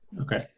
Okay